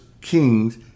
Kings